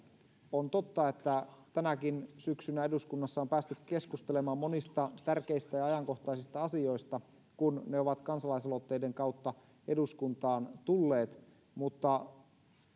on totta että tänäkin syksynä eduskunnassa on päästy keskustelemaan monista tärkeistä ja ajankohtaisista asioista kun ne ovat kansalaisaloitteiden kautta eduskuntaan tulleet mutta